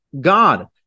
God